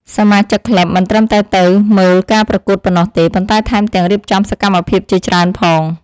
សមាជិកក្លឹបមិនត្រឹមតែទៅមើលការប្រកួតប៉ុណ្ណោះទេ ប៉ុន្តែថែមទាំងរៀបចំសកម្មភាពជាច្រើនផង។